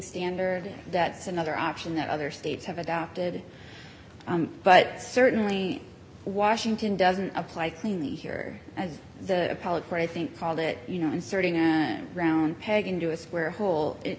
standard that's another option that other states have adopted but certainly washington doesn't apply cleanly here as the appellate court i think called it you know inserting a round peg into a square hole it